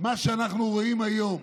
מה שאנחנו רואים היום,